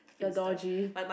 your dodgy